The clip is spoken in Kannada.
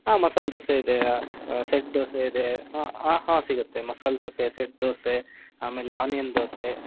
ಹಾಂ ಮಸಾಲೆ ದೋಸೆ ಇದೆ ಸೆಟ್ ದೋಸೆ ಇದೆ ಹಾಂ ಆಂ ಹಾಂ ಸಿಗುತ್ತೆ ಮಸಾಲೆ ದೋಸೆ ಸೆಟ್ ದೋಸೆ ಆಮೇಲೆ ಆನಿಯನ್ ದೋಸೆ